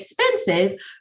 expenses